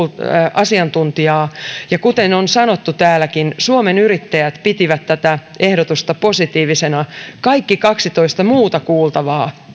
asiantuntijaa ja kuten on sanottu täälläkin suomen yrittäjät pitivät tätä ehdotusta positiivisena kaikki kaksitoista muuta kuultavaa